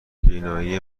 بینایی